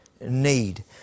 need